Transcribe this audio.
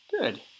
Good